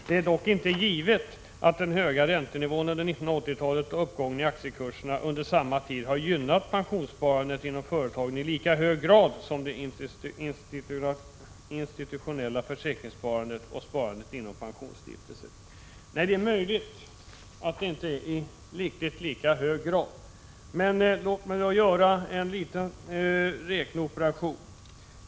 Det är dock inte givet att den höga räntenivån under 1980-talet och uppgången i aktiekurserna under samma tid gynnat pensionssparandet inom företagen i lika hög grad som i det institutionella försäkringssparandet och sparandet inom pensionsstiftelser. Det är möjligt. Låt mig göra en liten räkneoperation.